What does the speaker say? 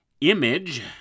image